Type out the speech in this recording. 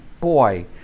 boy